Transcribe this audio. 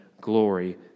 glory